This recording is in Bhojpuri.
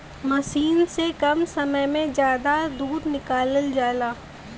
मसीन से कम समय में जादा दूध निकालल जाला